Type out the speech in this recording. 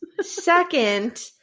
Second